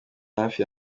hafi